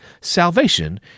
salvation